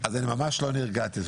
ממש לא נרגעתי.